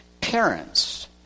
Parents